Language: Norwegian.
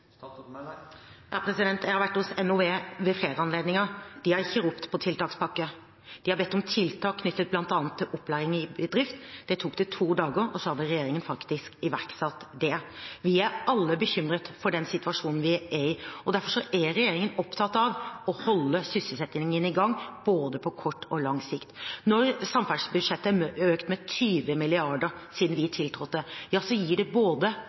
Jeg har vært hos NOV ved flere anledninger. De har ikke ropt på tiltakspakke. De har bedt om tiltak knyttet bl.a. til opplæring i bedrift. Det tok to dager, og så hadde regjeringen faktisk iverksatt det. Vi er alle bekymret for den situasjonen vi er i, og derfor er regjeringen opptatt av å holde sysselsettingen i gang både på kort og på lang sikt. Når samferdselsbudsjettet er økt med 20 mrd. kr siden vi tiltrådte, gir det jobber til ingeniører og entreprenører, men det